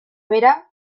bera